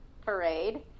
parade